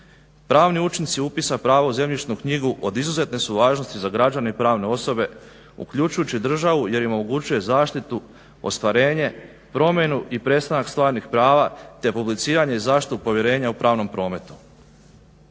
Pravni učinci upisa prava u zemljišnu knjigu od izuzetne su važnosti za građane i pravne osobe uključujući i državu jer im omogućuje zaštitu, ostvarenje, promjenu i prestanak stvarnih prava te publiciranje i zaštitu povjerenja u pravnom prometu.